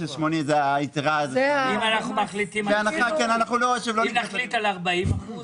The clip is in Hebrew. היתרה --- אם נחליט על 40%,